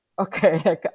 okay